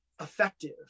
effective